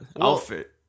outfit